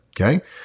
okay